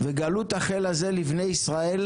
"וגלות החל הזה לבני ישראל,